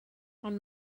ond